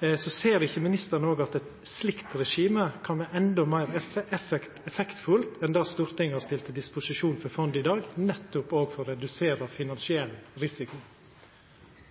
Så ser ikkje ministeren òg at eit slikt regime kan vera enda meir effektfullt enn det Stortinget har stilt til disposisjon for fondet i dag, nettopp òg for å redusera finansiell risiko?